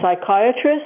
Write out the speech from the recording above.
psychiatrist